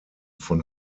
von